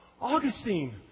Augustine